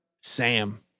Sam